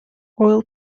oil